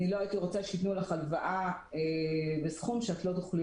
אני לא הייתי רוצה שיתנו לך הלוואה בסכום שלא תוכלי